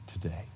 today